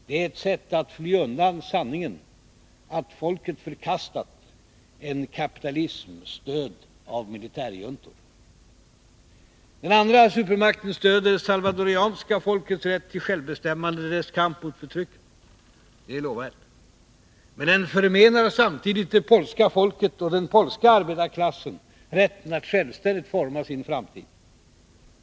Det är ett sätt att fly undan sanningen att folket förkastat en kapitalism stödd av militärjuntan. Den andra supermakten stödjer det salvadoranska folkets rätt till självbestämmande, dess kamp mot förtrycket. Det är lovvärt. Men den förmenar samtidigt det polska folket och den polska arbetarklassen rätten att självständigt forma sin framtid.